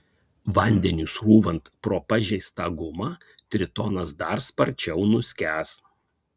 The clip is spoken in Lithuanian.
vandeniui srūvant pro pažeistą gumą tritonas dar sparčiau nuskęs